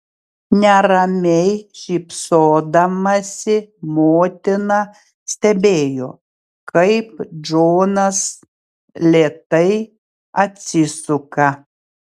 neramiai šypsodamasi motina stebėjo kaip džonas lėtai atsisuka